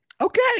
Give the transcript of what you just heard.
okay